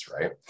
right